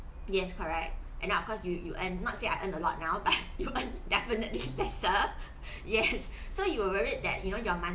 yes correct and of course you you earn not say I earn a lot now but you earn definitely lesser yes so you were worried that you know your month